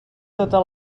tota